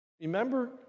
Remember